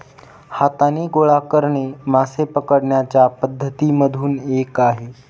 हाताने गोळा करणे मासे पकडण्याच्या पद्धती मधून एक आहे